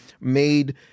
made